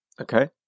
Okay